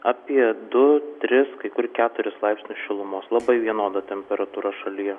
apie du tris kai kur keturis laipsnius šilumos labai vienoda temperatūra šalyje